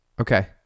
Okay